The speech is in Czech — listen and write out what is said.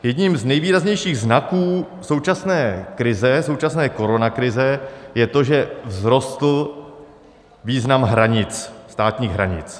Jedním z nejvýraznějších znaků současné krize, současné koronakrize, je to, že vzrostl význam státních hranic.